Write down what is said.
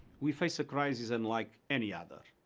we face a crisis unlike any other.